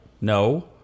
no